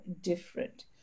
different